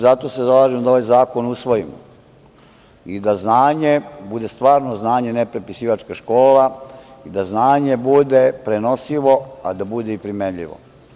Zato se zalažem da ovaj zakon usvojimo i da znanje bude stvarno znanje, a ne prepisivačka škola i da znanje bude prenosivo, ali i da bude primenljivo.